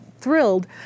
thrilled